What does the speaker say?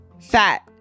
fat